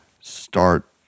start